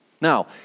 Now